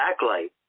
backlight